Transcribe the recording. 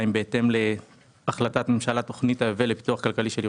בהתאם להחלטת ממשלה לפיתוח כלכלי של ירושלים,